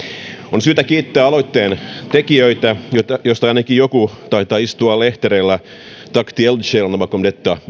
on syytä kiittää aloitteen tekijöitä joista ainakin joku taitaa istua lehtereillä tack till eldsjälarna bakom detta